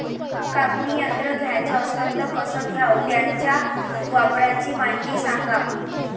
कापनी यंत्र घ्याचं असन त कस घ्याव? त्याच्या वापराची मायती सांगा